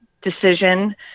decision